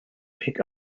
pick